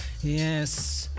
Yes